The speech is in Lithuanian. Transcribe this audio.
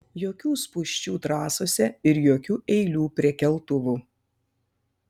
jokių spūsčių trasose ir jokių eilių prie keltuvų